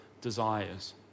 desires